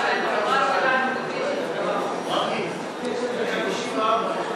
יישר כוח.